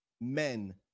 Men